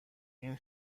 این